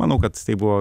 manau kad tai buvo